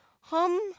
hum